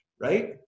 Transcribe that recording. right